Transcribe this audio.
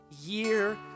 year